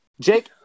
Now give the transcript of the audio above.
jake